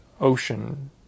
ocean